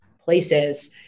places